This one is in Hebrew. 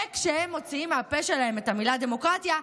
וכשהם מוציאים מהפה שלהם את המילה "דמוקרטיה",